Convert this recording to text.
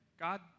God